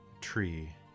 tree